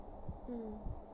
mm